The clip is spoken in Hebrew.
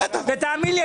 ותאמין לי,